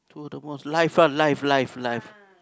to the most life ah life life life